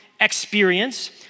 experience